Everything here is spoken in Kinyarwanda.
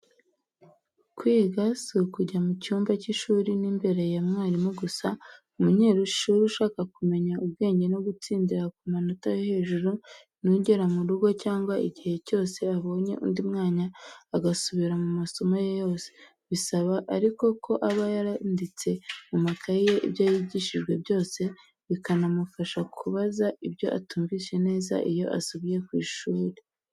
Kwiga si ukujya mu cyumba cy'ishuri n'imbere ya mwarimu gusa, umunyeshuri ushaka kumenya ubwenge no gutsindira ku manota yo hejuru ni ugera mu rugo, cyangwa igihe cyose abonye undi mwanya, agasubira mu masomo ye yose. Bisaba ariko ko aba yaranditse mu makayi ye ibyo yigishijwe byose. Bikanamufasha kubaza ibyo atumvise neza iyo asubiye ku ishuri.